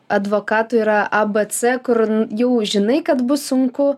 advokato yra a b c kur jau žinai kad bus sunku